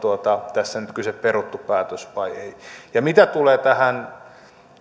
tässä nyt kyse perutusta päätöksestä vai ei ja mitä tulee tähän